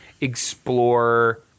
explore